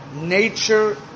Nature